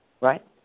right